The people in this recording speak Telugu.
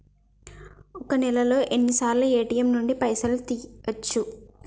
ఒక్క నెలలో ఎన్నిసార్లు ఏ.టి.ఎమ్ నుండి పైసలు తీయచ్చు?